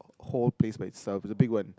whole place by itself it's a big one